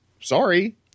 Sorry